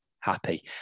happy